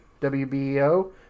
WBO